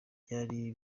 byari